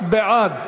46 בעד,